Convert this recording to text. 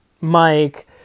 Mike